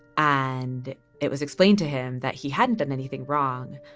and it was explained to him that he hadn't done anything wrong,